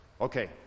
Okay